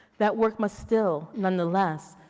that work must still nonetheless,